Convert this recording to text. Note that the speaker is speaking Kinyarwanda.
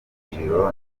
urugwiro